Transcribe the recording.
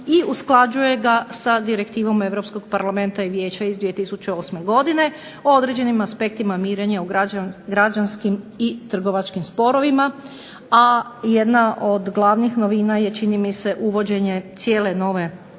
i usklađuje ga sa direktivom europskog Parlamenta i vijeća iz 2008. godine o određenim aspektima mirenja u građanskim i trgovačkim sporovima. A jedna od glavnih novina je čini mi se uvođenje cijele nove